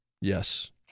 Yes